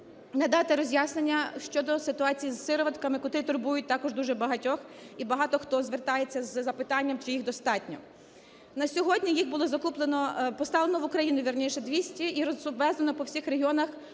надати роз'яснення щодо ситуації з сироватками, котрі турбують також дуже багатьох, і багато хто звертається з запитанням, чи їх достатньо. На сьогодні їх було закуплено, поставлено в Україну, вірніше, 200 і розвезено по всіх регіонах